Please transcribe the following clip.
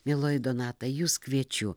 mieloji donata jus kviečiu